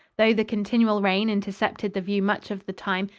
though the continual rain intercepted the view much of the time,